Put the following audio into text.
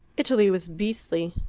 italy was beastly,